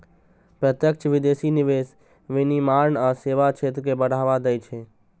प्रत्यक्ष विदेशी निवेश विनिर्माण आ सेवा क्षेत्र कें बढ़ावा दै छै